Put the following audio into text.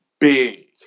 big